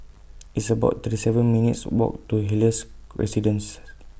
It's about thirty seven minutes Walk to Helios Residences